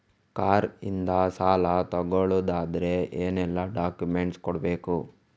Car ಇಂದ ಸಾಲ ತಗೊಳುದಾದ್ರೆ ಏನೆಲ್ಲ ಡಾಕ್ಯುಮೆಂಟ್ಸ್ ಕೊಡ್ಬೇಕು?